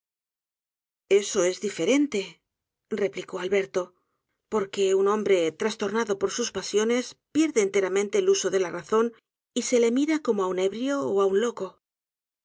eso es diferente replicó alberto porque un hombre trastornado por sus pasiones pierde enteramente el uso de la razón y se le mira como á un ebrio ó á un loco